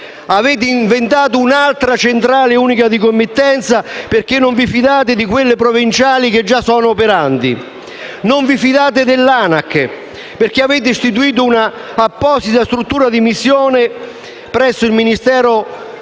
Avete inventato un'altra centrale unica di committenza, perché non vi fidate di quelle provinciali che già sono operanti. Non vi fidate dell'ANAC, perché avete istituito un'apposita struttura di missione presso il Ministero dell'interno,